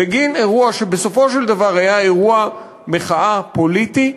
בגין אירוע שבסופו של דבר היה אירוע מחאה פוליטי,